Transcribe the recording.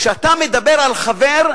כשאתה מדבר על חבר,